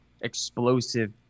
explosive